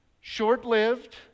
short-lived